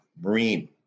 Marine